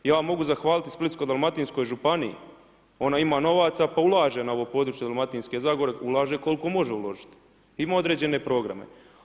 Ja mogu zahvaliti i Splitsko-dalmatinskoj županiji, ona ima novaca pa ulaže na ovo područje Dalmatinske zagore, ulaže koliko može uložiti, ima određene programe.